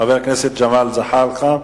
חבר הכנסת ג'מאל זחאלקה.